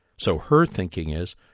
so her thinking is,